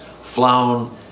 flown